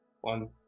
one